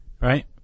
right